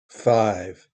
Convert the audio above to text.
five